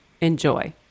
enjoy